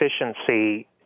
efficiency